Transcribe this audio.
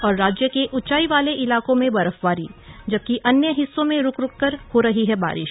और राज्य के ऊचाई वाले इलाको में बर्फवारी जबकि अन्य हिस्सों में रूक रूक कर हो रही है बारिश